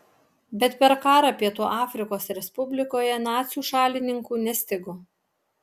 bet per karą pietų afrikos respublikoje nacių šalininkų nestigo